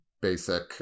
basic